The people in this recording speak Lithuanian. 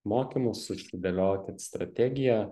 mokymus susidėliokit strategiją